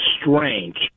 strange